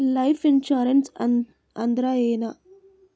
Life insurance ಅಂದ್ರ ಏನ?